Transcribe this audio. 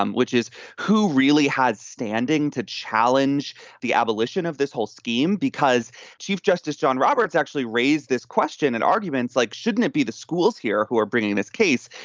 um which is who really has standing to challenge the abolition of this whole scheme, because chief justice john roberts actually raised this question. and arguments like, shouldn't it be the schools here who are bringing this case?